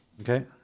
Okay